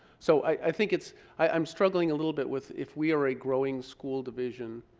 so i think it's i'm struggling a little bit with if we are a growing school division,